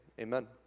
Amen